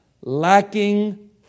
lacking